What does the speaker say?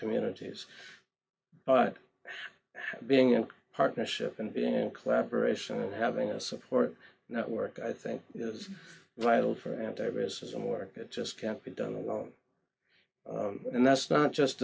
communities but being a partnership and being in collaboration and having a support network i think is vital for antiracism work that just can't be done alone and that's not just